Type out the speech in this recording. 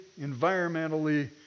environmentally